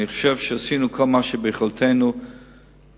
אני חושב שעשינו כל מה שביכולתנו לעשות.